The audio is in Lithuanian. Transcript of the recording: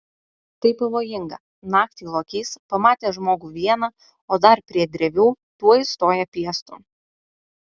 tai pavojinga naktį lokys pamatęs žmogų vieną o dar prie drevių tuoj stoja piestu